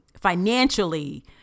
financially